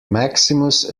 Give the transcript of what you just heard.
maximus